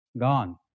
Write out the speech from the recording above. gone